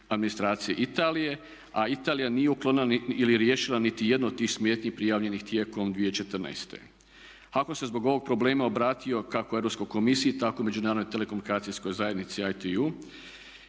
administracije Italije a Italija nije uklonila ili riješila niti jednu od tih smetnji prijavljenih tijelom 2014. HAKOM se zbog ovog problema obratio kako Europskoj komisiji, tako i Međunarodnoj telekomunikacijskoj zajednici ITU,